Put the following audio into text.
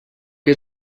que